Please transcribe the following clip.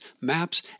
maps